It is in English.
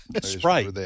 Sprite